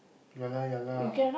ya lah ya lah